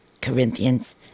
Corinthians